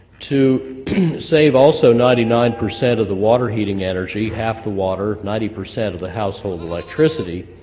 to save, also, ninety nine percent of the water heating energy, half the water, ninety percent of the household electricity,